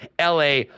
LA